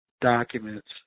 documents